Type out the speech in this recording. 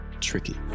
tricky